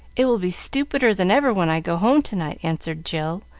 it will be stupider than ever when i go home to-night, answered jill,